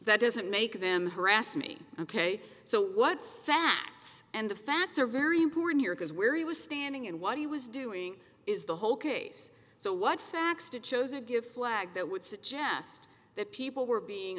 that doesn't make them harass me ok so what facts and the facts are very important here because where he was standing and what he was doing is the whole case so what facts to chose a give flag that would suggest that people were being